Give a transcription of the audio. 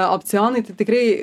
opcionai tai tikrai